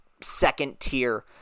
second-tier